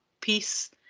peace